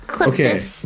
Okay